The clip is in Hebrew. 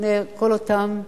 עם כל אותן משפחות,